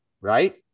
Right